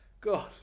god